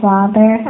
Father